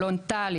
אלון טל,